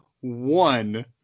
one